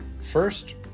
First